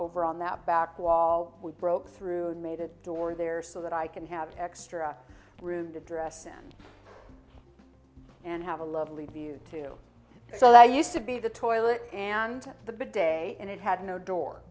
over on that back wall broke through and made a door there so that i can have extra room to dress in and have a lovely view too so that used to be the toilet and the big day and it had no door